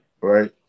right